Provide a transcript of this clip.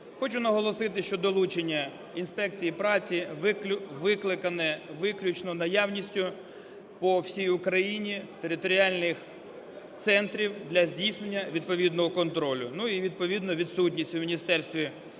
Хочу наголосити, що долучення інспекцій праці викликане виключно наявністю по всій Україні територіальних центрів для здійснення відповідного контролю, і відповідно відсутністю у Міністерстві